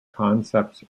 concepts